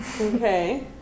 Okay